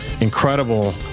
incredible